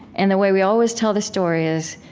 and the way we always tell the story is,